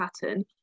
pattern